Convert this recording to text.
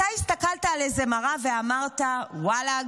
מתי הסתכלת על איזו מראה ואמרת: ואללה,